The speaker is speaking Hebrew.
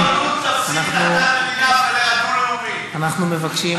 אנחנו מבקשים,